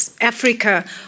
Africa